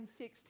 2016